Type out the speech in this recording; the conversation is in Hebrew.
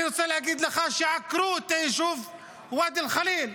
אני רוצה להגיד לך שעקרו את היישוב ואדי אל-חליל,